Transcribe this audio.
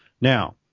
Now